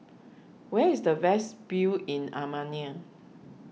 where is the best view in Armenia